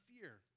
fear